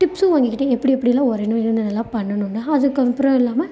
டிப்ஸும் வாங்கிக்கிட்டேன் எப்படி எப்படிலாம் வரையணும் என்னென்ன என்னென்னலாம் பண்ணணும்ன்னு அதுக்கப்புறம் இல்லாமல்